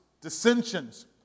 dissensions